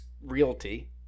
realty